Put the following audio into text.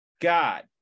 god